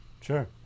Sure